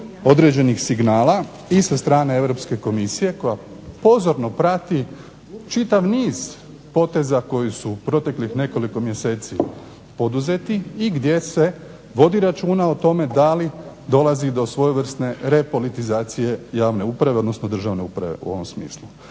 određenih signala i sa strane Europske komisije koja pozorno prati čitav niz poteza koji su u proteklih nekoliko mjeseci poduzeti i gdje se vodi računa o tome da li dolazi do svojevrsne depolitizacije javne uprave, odnosno državne uprave u ovom smislu.